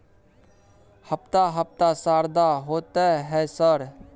हफ्ता हफ्ता शरदा होतय है सर?